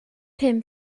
pum